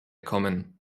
kommen